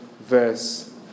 verse